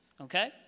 okay